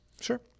Sure